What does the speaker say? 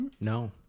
No